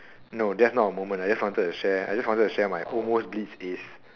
no there's not a moment I just wanted to share I just wanted to share my almost blitz ace